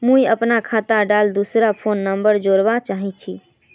मुई अपना खाता डात दूसरा फोन नंबर जोड़वा चाहची?